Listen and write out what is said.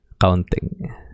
Counting